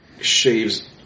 shaves